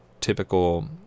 typical